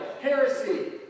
Heresy